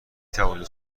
توانی